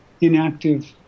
inactive